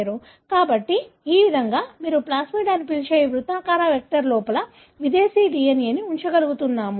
కాబట్టి ఈ విధంగా మీరు ప్లాస్మిడ్ అని పిలిచే ఈ వృత్తాకార వెక్టర్ లోపల విదేశీ DNA ని ఉంచగలుగుతున్నాము